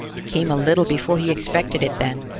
it came a little before he expected it, then.